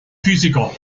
physiker